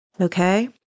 okay